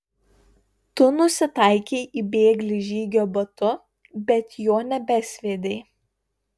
tu nusitaikei į bėglį žygio batu bet jo nebesviedei